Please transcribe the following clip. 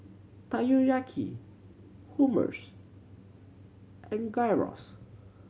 Takoyaki Hummus and Gyros